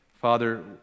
Father